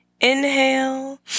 Inhale